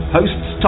Hosts